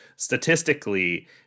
Statistically